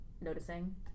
noticing